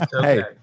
hey